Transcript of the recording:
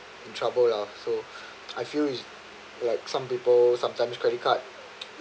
in trouble lah so I feel is like some people sometimes credit card